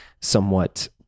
somewhat